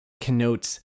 connotes